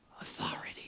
authority